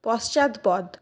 পশ্চাৎপদ